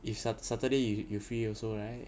if sat~ saturday you you free also right